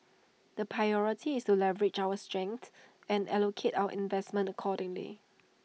the priority is to leverage our strengths and allocate our investments accordingly